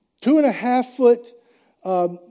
two-and-a-half-foot